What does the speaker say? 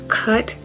cut